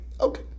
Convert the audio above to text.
Okay